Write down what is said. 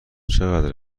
چقدر